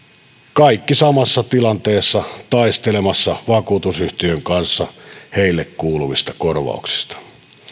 kaikki samassa tilanteessa taistelemassa vakuutusyhtiön kanssa heille kuuluvista korvauksista